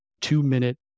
two-minute